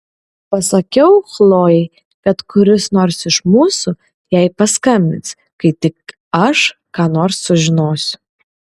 pasakiau chlojei kad kuris nors iš mūsų jai paskambins kai tik aš ką nors sužinosiu